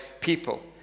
people